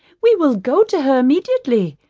we will go to her immediately.